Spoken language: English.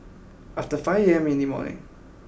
after five A M in the morning